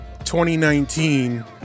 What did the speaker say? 2019